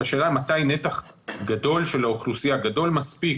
והשאלה מתי נתח גדול של האוכלוסייה, גדול מספיק